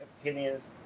Opinions